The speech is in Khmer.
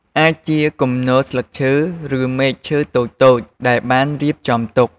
អាចជាគំនរស្លឹកឈើ ឬមែកឈើតូចៗដែលបានរៀបចំទុក។